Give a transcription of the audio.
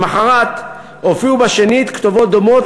למחרת הופיעו שנית כתובות דומות,